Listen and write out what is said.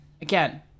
Again